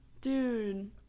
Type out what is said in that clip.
dude